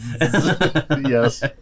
Yes